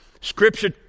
Scripture